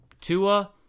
Tua